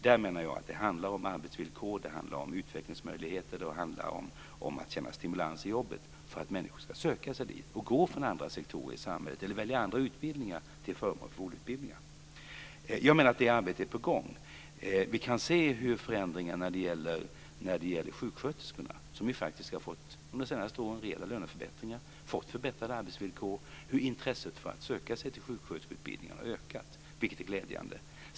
Jag menar att det handlar om arbetsvillkor, utvecklingsmöjligheter och att känna stimulans i jobbet för att vi ska få människor att söka sig dit och gå från andra sektorer i samhället eller välja utbildning till förmån för vårdutbildningarna. Det arbetet är på gång. Vi kan se förändringar när det gäller sjuksköterskorna. De har faktiskt fått rejäla löneförbättringar under senare år. De har fått förbättrade arbetsvillkor. Intresset för att söka sig till sjuksköterskeutbildningen har ökat, vilket är glädjande.